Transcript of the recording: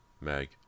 Meg